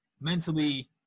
mentally